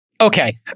okay